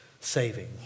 saving